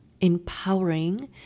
empowering